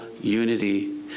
unity